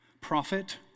Prophet